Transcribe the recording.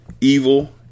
evil